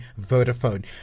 Vodafone